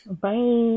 bye